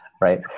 right